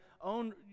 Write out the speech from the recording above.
own